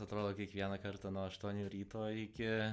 atrodo kiekvieną kartą nuo aštuonių ryto iki